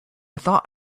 thought